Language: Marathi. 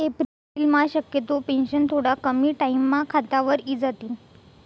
एप्रिलम्हा शक्यतो पेंशन थोडा कमी टाईमम्हा खातावर इजातीन